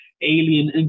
alien